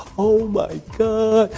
oh my god,